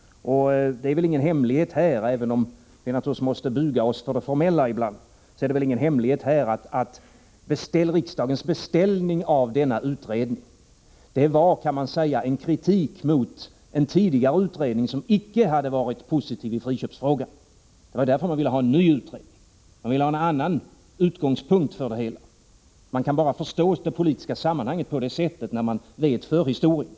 derad jord Även om vi ibland naturligtvis måste buga oss för det formella, är det väl ingen hemlighet här att riksdagens beställning av denna utredning kan sägas vara en kritik av en tidigare utredning som icke hade varit positiv i friköpsfrågan. Det var därför riksdagen ville ha en ny utredning. Man ville ha en annan utgångspunkt för det hela. Det politiska sammanhanget kan bara förstås på det sättet när man vet förhistorien.